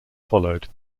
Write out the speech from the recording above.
followed